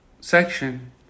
section